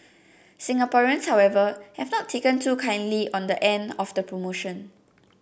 Singaporeans however have not taken too kindly on the end of the promotion